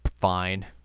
fine